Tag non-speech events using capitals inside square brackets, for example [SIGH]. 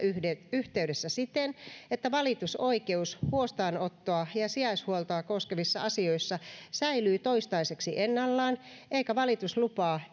yhteydessä siten että valitusoikeus huostaanottoa ja sijaishuoltoa koskevissa asioissa säilyy toistaiseksi ennallaan eikä valituslupaa [UNINTELLIGIBLE]